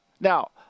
Now